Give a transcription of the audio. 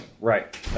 right